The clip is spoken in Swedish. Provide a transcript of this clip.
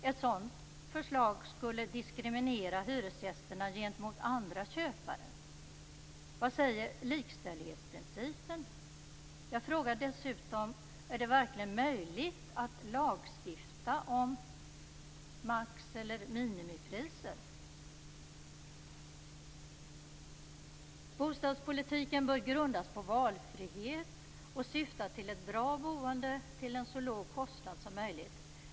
Ett sådant förslag skulle diskriminera hyresgästerna gentemot andra köpare. Vad säger likställighetsprincipen? Jag frågar dessutom: Är det verkligen möjligt att lagstifta om maximi eller minimipriser? Bostadspolitiken bör grundas på valfrihet och syfta till ett bra boende till en så låg kostnad som möjligt.